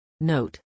note